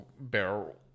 barrel